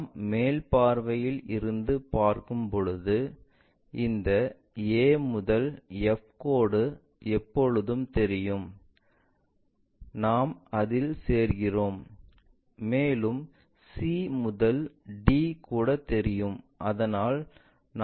நாம் மேல் பார்வையில் இருந்து பார்க்கும் போது இந்த a முதல் f கோடு எப்பொழுதும் தெரியும் நாங்கள் அதில் சேர்கிறோம் மேலும் c முதல் d கூட தெரியும் அதனால் நாங்கள் அதில் சேர்கிறோம்